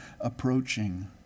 approaching